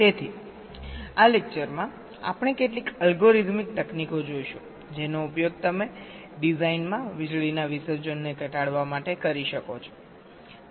તેથી આ વ્યાખ્યાનમાં આપણે કેટલીક અલ્ગોરિધમિક તકનીકો જોઈશું જેનો ઉપયોગ તમે ડિઝાઇનમાં વીજળીના વિસર્જનને ઘટાડવા માટે કરી શકો છો